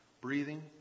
breathing